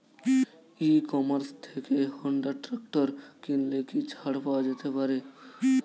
ই commerce থেকে Honda tractor কিনলে কি ছাড় পাওয়া যেতে পারে?